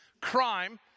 crime